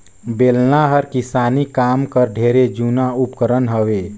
बेलना हर किसानी काम कर ढेरे जूना उपकरन हवे